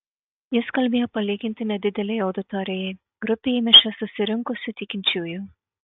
jis kalbėjo palyginti nedidelei auditorijai grupei į mišias susirinkusių tikinčiųjų